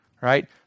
Right